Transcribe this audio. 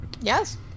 Yes